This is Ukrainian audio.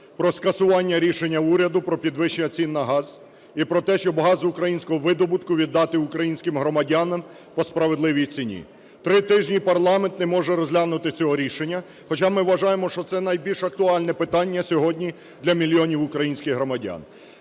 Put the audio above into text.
про скасування рішення уряду про підвищення цін на газ і про те, щоб газ українського видобутку віддати українським громадянам по справедливій ціні. Три тижні парламент не може розглянути цього рішення, хоча ми вважаємо, що це найбільш актуальне питання сьогодні для мільйонів українських громадян.